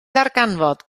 ddarganfod